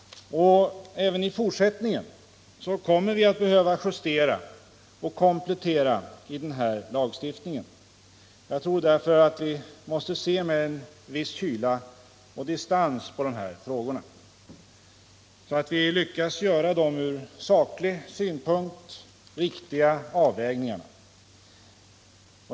Även i fortsättningen kommer vi att behöva justera och komplettera denna lagstiftning. Jag tror därför att vi måste se med en viss kyla och distans på dessa frågor så att vi lyckas göra de från saklig synpunkt riktiga avvägningarna.